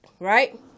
right